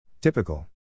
Typical